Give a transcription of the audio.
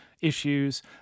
issues